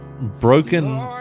Broken